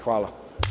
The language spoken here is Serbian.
Hvala.